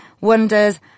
wonders